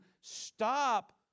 stop